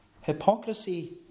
Hypocrisy